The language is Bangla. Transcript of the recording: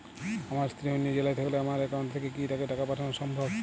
আমার স্ত্রী অন্য জেলায় থাকলে আমার অ্যাকাউন্ট থেকে কি তাকে টাকা পাঠানো সম্ভব?